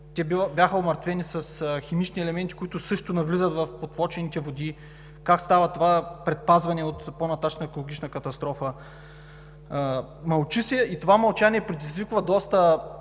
те бяха умъртвени с химични елементи, които също навлизат в подпочвените води. Как става това предпазване от по-нататъшна екологична катастрофа? Мълчи се и това мълчание предизвиква доста